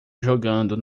jogando